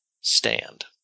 stand